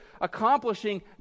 accomplishing